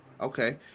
Okay